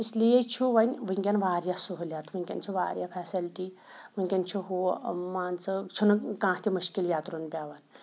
اِسلیے چھُ وۄنۍ وٕنۍکٮ۪ن واریاہ سہوٗلیت وٕنۍکٮ۪ن چھِ واریاہ فیسلٹی وٕنۍکٮ۪ن چھُ ہُہ مان ژٕ چھُنہٕ کانٛہہ تہِ مُشکل یَترُن پٮ۪وان